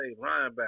linebacker